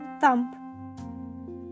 thump